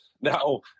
Now